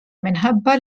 minħabba